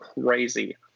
crazy